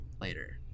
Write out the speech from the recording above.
later